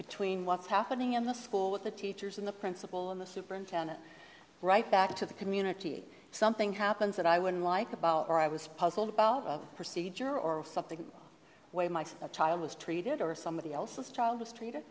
between what's happening in the school with the teachers and the principal and the superintendent right back to the community something happens that i would like about or i was puzzled about of procedure or something a child was treated or somebody else's child was treated